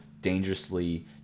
dangerously